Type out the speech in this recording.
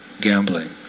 gambling